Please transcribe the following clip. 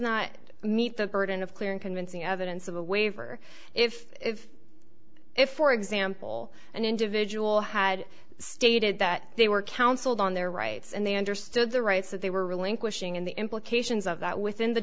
not meet the burden of clear and convincing evidence of a waiver if if for example an individual had stated that they were counseled on their rights and they understood the rights that they were relinquishing and the implications of that within the